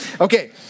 Okay